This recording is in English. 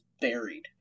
buried